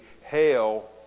Hail